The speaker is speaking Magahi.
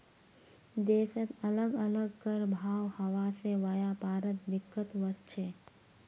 देशत अलग अलग कर भाव हवा से व्यापारत दिक्कत वस्छे